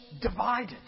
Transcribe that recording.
divided